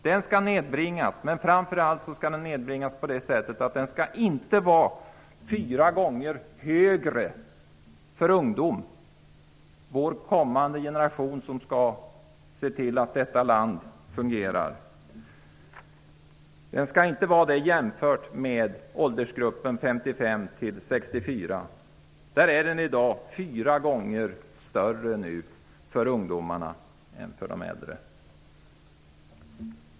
Den skall nedbringas, men framför allt skall den nedbringas på det sättet att den inte skall vara fyra gånger högre för ungdomar -- den generation som skall se till att detta land fungerar i framtiden -- än för åldersgruppen 55--64 år. Arbetslösheten är i dag fyra gånger högre för ungdomarna än för de äldre.